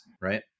right